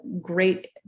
great